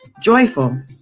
joyful